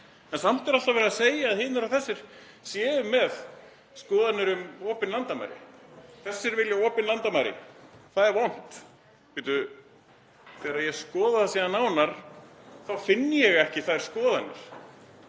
En samt er alltaf verið að segja að hinir og þessir séu með skoðanir um opin landamæri. Þessir vilja opin landamæri, það er vont. Bíddu, þegar ég skoða það síðan nánar þá finn ég ekki þær skoðanir,